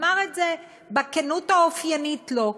הוא אמר את זה בכנות האופיינית לו: